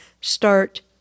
start